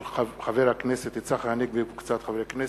של חבר הכנסת צחי הנגבי וקבוצת חברי הכנסת.